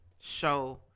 show